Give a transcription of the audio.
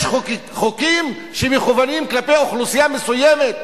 יש חוקים שמכוונים כלפי אוכלוסייה מסוימת,